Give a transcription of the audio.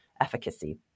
efficacy